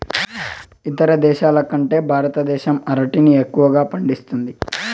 ఇతర దేశాల కంటే భారతదేశం అరటిని ఎక్కువగా పండిస్తుంది